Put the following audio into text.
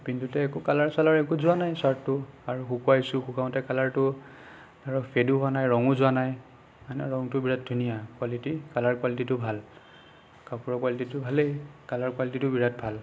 পিন্ধোতে একো কালাৰ চালাৰ একো যোৱা নাই ছাৰ্টটোৰ আৰু শুকোৱাইছোঁ শুকাওঁতে কালাৰটো আৰু ফেডো হোৱা নাই ৰঙো যোৱা নাই মানে ৰংটো বিৰাট ধুনীয়া কালাৰ কোৱালিটিটো ভাল কাপোৰৰ কোৱালিটিটো ভালেই কালাৰ কোৱালিটিটো বিৰাট ভাল